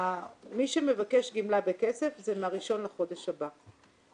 מי שמבקש גמלה בכסף זה מהראשון לחודש הבא.